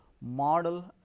model